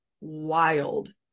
wild